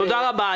תודה רבה.